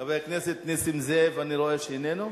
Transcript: חבר הכנסת נסים זאב, אני רואה שאיננו?